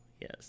Yes